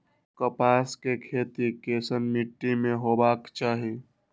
कपास के खेती केसन मीट्टी में हेबाक चाही?